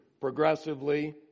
progressively